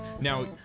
Now